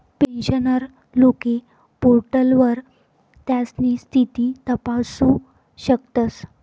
pensioner लोके पोर्टलवर त्यास्नी स्थिती तपासू शकतस